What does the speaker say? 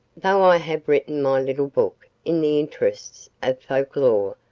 though i have written my little book in the interests of folk-lore,